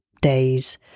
days